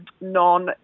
non